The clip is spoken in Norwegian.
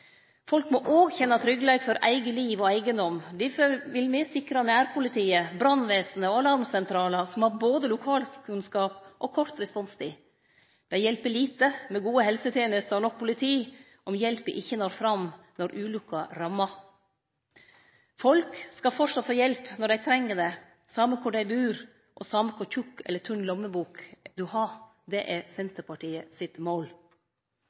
Folk må òg kjenne tryggleik for eige liv og eigen eigedom. Difor vil me sikre nærpoliti, brannvesen og alarmsentralar som har både lokalkunnskap og kort responstid. Det hjelper lite med gode helsetenester og nok politi om hjelpa ikkje når fram når ulukka rammar. Folk skal framleis få hjelp når dei treng det, same kor dei bur og same kor tjukk eller tynn lommebok dei har. Det er Senterpartiets mål.